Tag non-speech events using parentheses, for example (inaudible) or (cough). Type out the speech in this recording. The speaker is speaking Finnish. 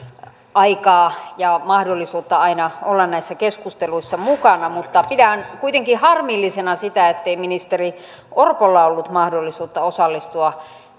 aikaa ja mahdollisuutta aina olla näissä keskusteluissa mukana mutta pidän kuitenkin harmillisena sitä ettei ministeri orpolla ollut mahdollisuutta osallistua (unintelligible)